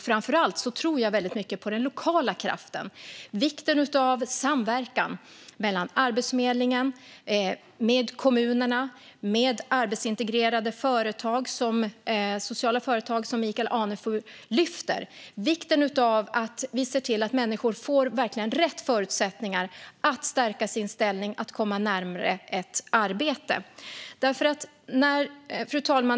Framför allt tror jag mycket på den lokala kraften, vikten av samverkan mellan Arbetsförmedlingen, kommunerna och arbetsintegrerande sociala företag, som Michael Anefur lyfter fram. Vidare är det viktigt att vi ser till att människor verkligen får rätt förutsättningar att stärka sin ställning för att komma närmare ett arbete. Fru talman!